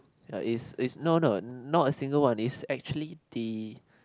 ya it's it's no no not a single one it's actually the